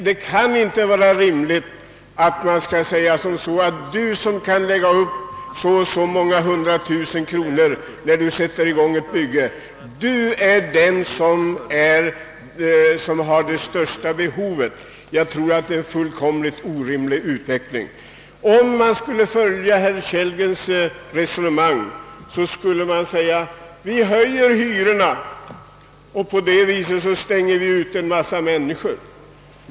Det kan inte vara rimligt att säga: Du som kan lägga upp så och så många hundra tusen kronor vid igångsättandet av ett bygge är den som har det största behovet! En sådan utveckling vore fullkomligt orimlig. Om vi skulle följa herr Kellgrens resonemang skulle vi säga: Vi höjer hyrorna och stänger på det viset ute en massa människor.